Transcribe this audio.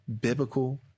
biblical